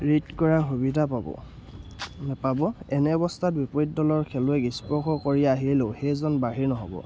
ঋত কৰা সুবিধা পাব নাপাব এনে অৱস্থাত বিপৰীত দলৰ খেলুৱৈক স্পৰ্শ কৰি আহিলেও সেইজন বাহিৰ নহ'ব